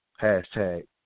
hashtag